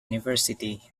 university